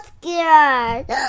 scared